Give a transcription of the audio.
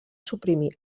suprimir